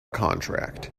contract